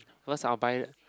first I will buy